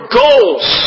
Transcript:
goals